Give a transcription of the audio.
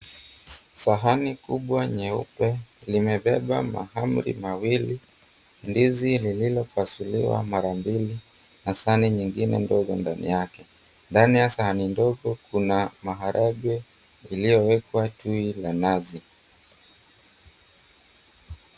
Sahani kubwa nyeupe limebeba mahamri mawili, ndizi iliyopasuliwa mara mbili na sahani ndogo ndani yake. Ndani ya sahani ndogo kuna maharangwe yaliyowekwa tui la nazi.